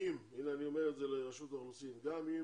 הנה אני אומר את זה לרשות האוכלוסין: גם אם